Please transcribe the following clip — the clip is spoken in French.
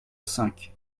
cinq